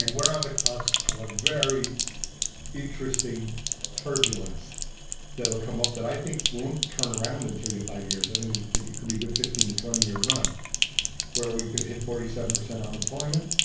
we're on the cusp of a very interesting turbulence that'll come up that i think won't turn around in three to five years. i think it think it could be a good fifteen to twenty year run where we could hit forty seven percent unemployment.